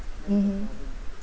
mmhmm